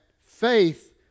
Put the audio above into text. faith